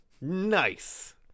Nice